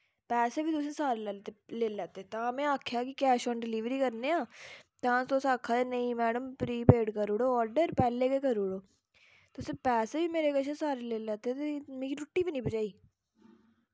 पैसे बी तुसें सारे लेई लैत्ते तां में आखेआ कि कैश आन डिलीवरी करने आं तां तुस आक्खा दे नेईं मैडम प्रीपेड करूड़ो आर्डर पैह्ले गै करी ओड़ो तुसें पैसे बी मेरै कशा सारे लेई लैत्ते ते मिगी रुट्टी बी निं भजाई